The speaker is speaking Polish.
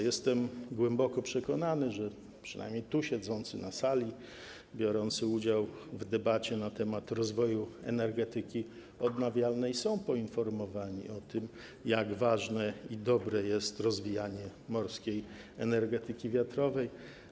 Jestem głęboko przekonany, że przynajmniej siedzący na sali, biorący udział w debacie na temat rozwoju energetyki odnawialnej są poinformowani o tym, jak ważne i dobre jest rozwijanie morskiej energetyki wiatrowej.